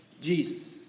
Jesus